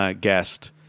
guest